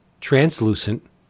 translucent